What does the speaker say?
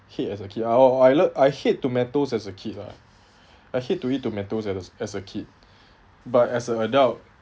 hate as kid oh I lo~ I hate tomatoes as a kid lah I hate to eat tomatoes at us as a kid but as a adult